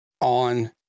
on